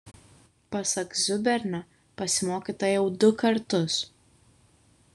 pasak zubernio pasimokyta jau du kartus